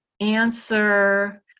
answer